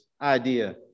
idea